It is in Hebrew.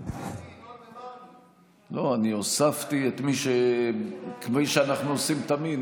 אני הוספתי, כמו שאנחנו עושים תמיד.